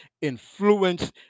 influence